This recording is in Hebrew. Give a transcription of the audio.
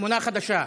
תמונה חדשה.